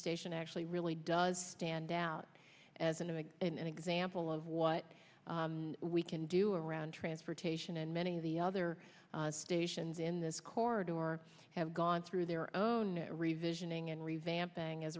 station actually really does stand out as an example of what we can do around transportation and many of the other stations in this corridor are have gone through their own revisioning and revamping as